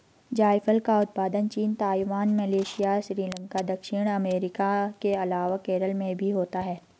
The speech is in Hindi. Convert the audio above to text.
जायफल का उत्पादन चीन, ताइवान, मलेशिया, श्रीलंका, दक्षिण अमेरिका के अलावा केरल में भी होता है